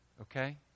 Okay